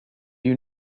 you